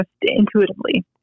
intuitively